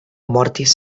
mortis